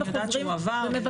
אני יודעת שהועבר ונשלח.